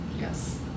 Yes